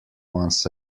once